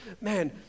man